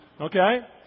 okay